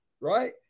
right